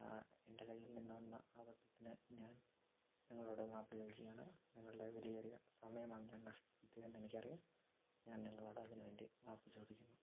എൻ്റെ കയ്യിൽ നിന്ന് വന്ന അബദ്ധത്തിന് ഞാൻ നിങ്ങളോട് മാപ്പ് ചോദിക്കുകയാണ് നിങ്ങളുടെ വിലയേറിയ സമയമാണ് ഞാൻ നഷ്ടപ്പെടുത്തിയതെന്ന് എനിക്ക് അറിയാം ഞാൻ നിങ്ങളോട് അതിനു വേണ്ടി മാപ്പ് ചോദിക്കുന്നു